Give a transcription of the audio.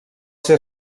ser